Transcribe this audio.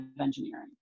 engineering